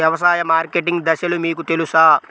వ్యవసాయ మార్కెటింగ్ దశలు మీకు తెలుసా?